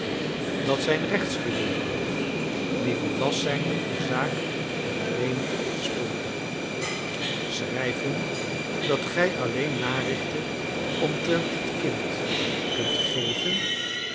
dat zijn rechtsgeleerden die belast zijn met de taak om rémi op te sporen schrijf hun dat gij alleen narichten omtrent het kind kunt geven